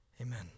Amen